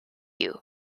you